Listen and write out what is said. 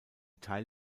teil